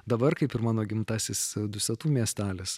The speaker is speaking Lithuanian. dabar kaip ir mano gimtasis dusetų miestelis